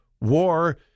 war